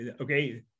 okay